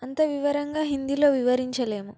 అంత వివరంగా హిందీలో వివరించలేము